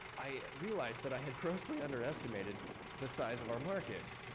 i realized that i had grossly underestimated the size of our market.